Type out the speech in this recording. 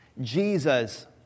Jesus